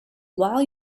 while